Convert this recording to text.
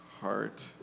heart